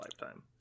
lifetime